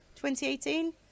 2018